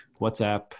WhatsApp